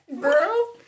Girl